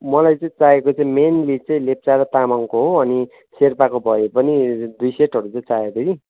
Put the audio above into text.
मलाई चाहिँ चाहिएको चाहिँ मेनली चाहिँ लेप्चा र तामाङको हो अनि सेर्पाको भए पनि दुई सेटहरू चाहिँ चाहिएको थियो कि